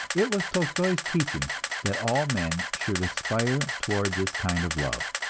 it was tolstoi's teaching that all men should aspire toward this kind of love,